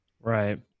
Right